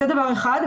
זה דבר אחד.